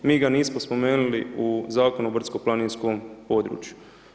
Mi ga nismo spomenuli u Zakonu o brdsko-planinskom području.